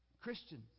Christians